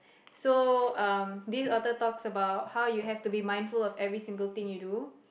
so um this author talks about how you have to be mindful of every single thing you do